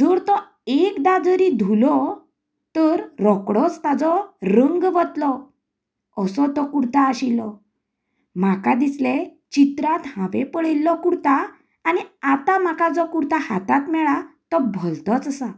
जर तो एकदां तरी धुलो तर रोखडोच ताचो रंग वतलो असो तो कुर्ता आशिल्लो म्हाका दिसले चित्रात हांवे पळयल्लो कुर्ता आनी आतां म्हाका जो कुर्ता हातांत मेळ्ळा तो भलतोच आसा